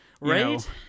Right